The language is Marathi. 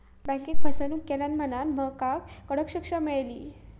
बँकेक फसवणूक केल्यान म्हणांन महकाक कडक शिक्षा मेळली